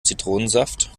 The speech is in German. zitronensaft